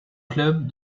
clubs